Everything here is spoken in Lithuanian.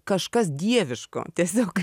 kažkas dieviško tiesiog